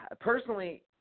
personally